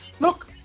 Look